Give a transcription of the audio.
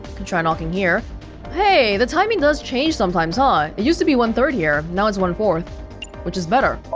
can try knocking here hey, the timie does change sometimes, huh? it used to be one third here, now it's one fourth which is better